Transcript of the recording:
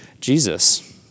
Jesus